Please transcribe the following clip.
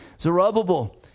Zerubbabel